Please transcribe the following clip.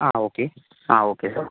ആ okay ah okay sir